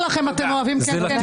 אתם בחקירות שלכם אוהבים כן-כן, לא-לא.